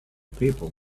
people